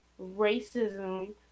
racism